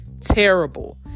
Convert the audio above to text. terrible